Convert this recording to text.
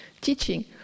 teaching